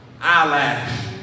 eyelash